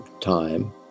time